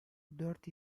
dört